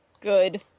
Good